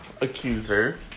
accuser